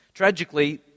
Tragically